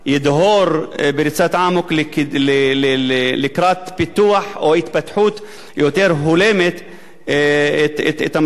בריצת אמוק לקראת פיתוח או התפתחות יותר הולמת את המצב היום.